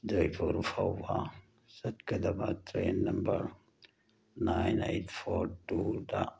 ꯖꯣꯏꯄꯨꯔ ꯐꯥꯎꯕ ꯆꯠꯀꯗꯕ train number nine eight four ꯇꯨꯗ